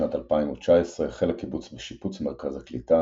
בשנת 2019 החל הקיבוץ בשיפוץ מרכז הקליטה,